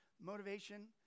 motivation